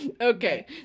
Okay